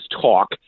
talk